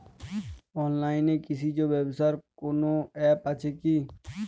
অনলাইনে কৃষিজ ব্যবসার কোন আ্যপ আছে কি?